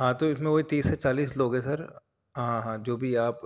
ہاں تو اِس میں وہی تیس سے چالیس لوگ ہیں سر ہاں ہاں جو بھی آپ